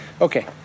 Okay